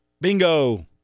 Bingo